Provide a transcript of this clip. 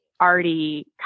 already